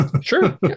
Sure